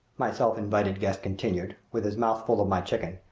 my self-invited guest continued, with his mouth full of my chicken,